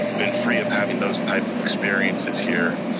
been free of having those types of experiences here.